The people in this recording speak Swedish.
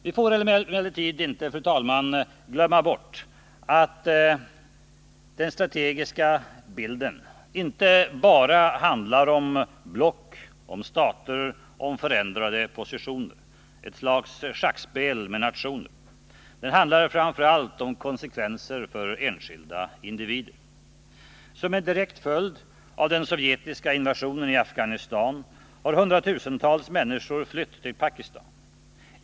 Vi får emellertid inte glömma bort att den strategiska bilden inte bara handlar om block, stater och förändrade positioner — en sorts schackspel med nationer. Det handlar framför allt om konsekvenser för enskilda individer. Som en direkt följd av den sovjetiska invasionen i Afghanistan har hundratusentals människor flytt till Pakistan.